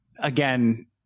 again